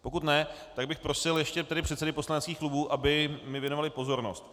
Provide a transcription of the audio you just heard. Pokud ne, tak bych prosil ještě předsedy poslaneckých klubů, aby mi věnovali pozornost.